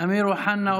אמיר אוחנה,